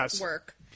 work